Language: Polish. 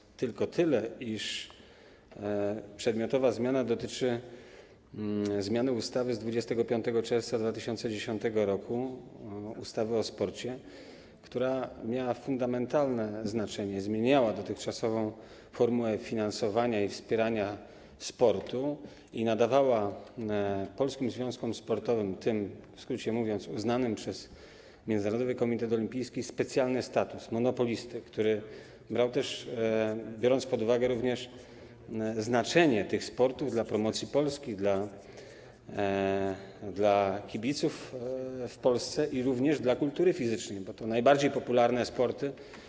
Powiem tylko tyle, iż przedmiotowa zmiana dotyczy zmiany ustawy z dnia 25 czerwca 2010 r., ustawy o sporcie, która miała fundamentalne znaczenie, zmieniała dotychczasową formułę finansowania i wspierania sportu i nadawała polskim związkom sportowym, tym - mówiąc w skrócie - uznanym przez Międzynarodowy Komitet Olimpijski, specjalny status: monopolisty, biorąc pod uwagę również znaczenie tych sportów dla promocji Polski, dla kibiców w Polsce i dla kultury fizycznej, bo to najbardziej popularne sporty.